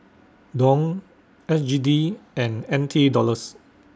Dong S G D and N T Dollars